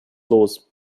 los